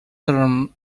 term